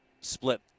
split